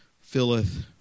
filleth